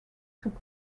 took